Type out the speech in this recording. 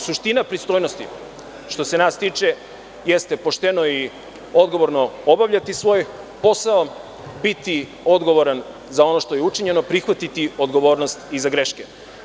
Suština pristojnosti što se nas tiče jeste pošteno i odgovorno obavljati svoje poslove, biti odgovoran za ono što je učinjeno, prihvatiti odgovornost za greške.